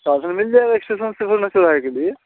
साधन मिल जाएगा इस्टेशन से चौराहे के लिए